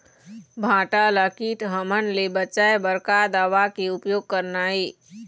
भांटा ला कीट हमन ले बचाए बर का दवा के उपयोग करना ये?